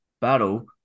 battle